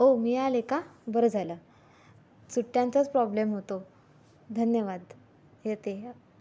ओ मिळाले का बरं झालं सुट्ट्यांचाच प्रॉब्लेम होतो धन्यवाद येते हां